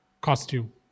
costume